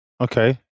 okay